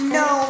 no